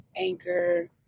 Anchor